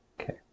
Okay